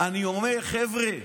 אני אומר, חבר'ה,